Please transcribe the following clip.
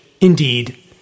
Indeed